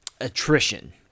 attrition